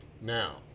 Now